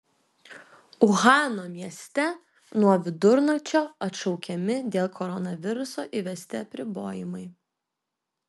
uhano mieste nuo vidurnakčio atšaukiami dėl koronaviruso įvesti apribojimai